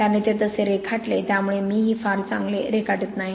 त्याने ते तसे रेखाटले त्यामुळे मीही फार चांगले रेखाटत नाही